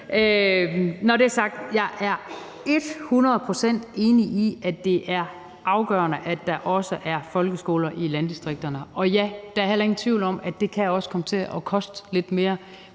når det er sagt, er jeg ethundrede procent enig i, at det er afgørende, at der også er folkeskoler i landdistrikterne. Og ja, der er heller ingen tvivl om, at det også kan komme til at koste lidt mere.